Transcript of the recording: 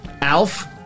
Alf